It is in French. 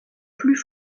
plus